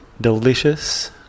delicious